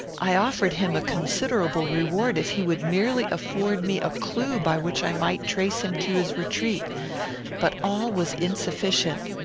i offered him a considerable reward if he would merely afford me a clue by which i might trace him to his retreat but all was insufficient.